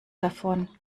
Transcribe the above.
davon